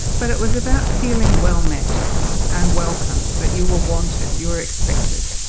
but it was about feeling well met and welcome, that you were wanted, you were expected.